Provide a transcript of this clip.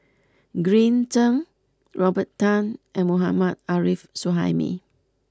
Green Zeng Robert Tan and Mohammad Arif Suhaimi